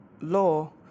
law